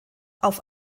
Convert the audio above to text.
auf